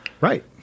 Right